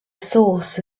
source